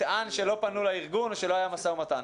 נטען שלא פנו לארגון, שלא היה משא ומתן.